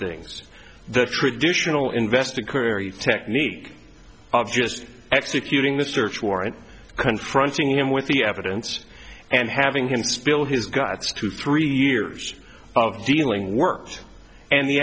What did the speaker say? things the traditional investing career your technique of just executing the search warrant confronting him with the evidence and having him spill his guts to three years of dealing worked and the